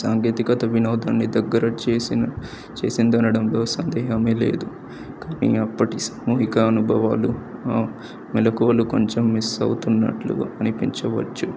సాంకేతికత వినోదాన్ని దగ్గర చేసిన చేసింది అనడంలో సందేహమే లేదు కానీ అప్పటి సామూహిక అనుభవాలు మెలకులకువలు కొంచెం మిస్ అవుతున్నట్లు అనిపించవచ్చు